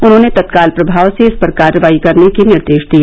उन्होंने तत्काल प्रमाव से इस पर कार्रवाई करने के निर्देश दिए